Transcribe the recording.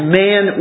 man